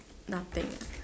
nothing